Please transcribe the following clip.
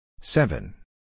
Seven